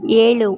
ಏಳು